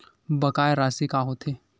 बकाया राशि का होथे?